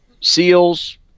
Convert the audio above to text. SEALs